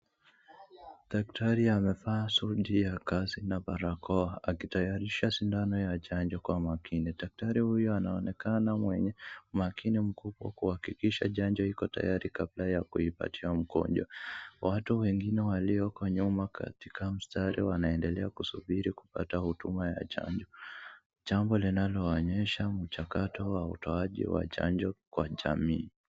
Daktari amevaa suti ya kazi na barakoa akitayarisha sindano ya chanjo kwa makini. Daktari huyu anaonekana mwenye makini mkubwa kuakikisha chanjo iko tayari kabla ya kuipatia mgonjwa. Watu wengine walio kwenye nyuma katika mstari wanaendelea kusubiri kupata huduma ya chanjo. Jambo linaloonyesha mchakato ya utoachi wa chanjo kwa jamii.